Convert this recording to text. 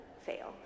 fail